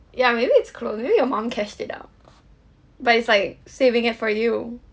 ya maybe it's closed maybe your mom cashed it out but it's like saving it for you